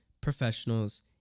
professionals